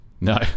no